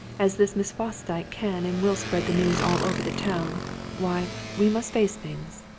as this miss fosdyke can and will spread the news all over the town why, we must face things.